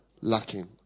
lacking